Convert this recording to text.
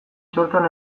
txortan